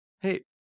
Hey